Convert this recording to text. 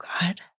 God